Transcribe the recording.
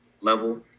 level